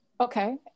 Okay